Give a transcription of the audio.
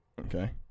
okay